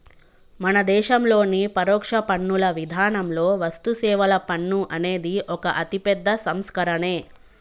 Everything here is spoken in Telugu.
మన దేశంలోని పరోక్ష పన్నుల విధానంలో వస్తుసేవల పన్ను అనేది ఒక అతిపెద్ద సంస్కరనే